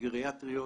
גריאטריות